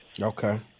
Okay